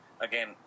Again